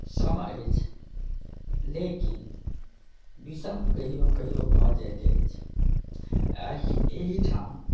सम अछि लेकिन विषम कहियो कहियो भऽ जाइत अछि आइ एहिठाम